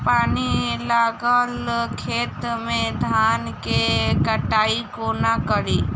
पानि लागल खेत मे धान केँ कटाई कोना कड़ी?